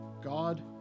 God